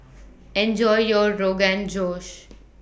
Enjoy your Rogan Josh